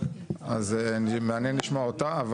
אז מעניין לשמוע אותה.